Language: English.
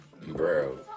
Bro